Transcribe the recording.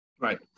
right